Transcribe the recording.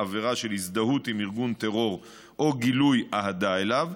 עבירה של הזדהות עם ארגון טרור או גילוי אהדה אליו,